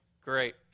Great